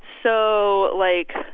so, like,